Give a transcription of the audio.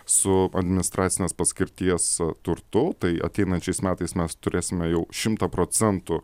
su administracinės paskirties turtu tai ateinančiais metais mes turėsime jau šimtą procentų